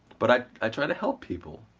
but i i try to help people,